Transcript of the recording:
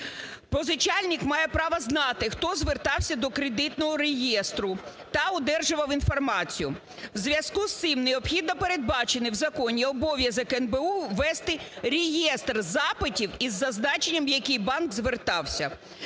Позичальник має право знати, хто звертався до Кредитного реєстру та одержував інформацію. У зв'язку з цим необхідно передбачити в законі обов'язок НБУ ввести реєстр запитів із зазначенням, який банк звертався.